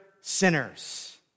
sinners